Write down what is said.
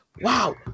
Wow